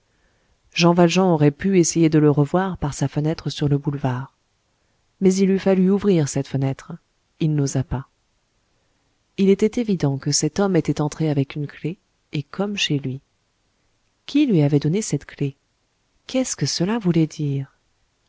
jean valjean aurait pu essayer de le revoir par sa fenêtre sur le boulevard mais il eût fallu ouvrir cette fenêtre il n'osa pas il était évident que cet homme était entré avec une clef et comme chez lui qui lui avait donné cette clef qu'est-ce que cela voulait dire